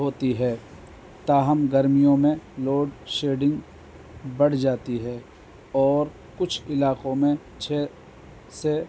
ہوتی ہے تاہم گرمیوں میں لوڈ شیڈنگ بڑھ جاتی ہے اور کچھ علاقوں میں چھ سے